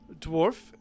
dwarf